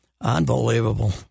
unbelievable